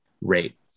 rate